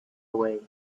away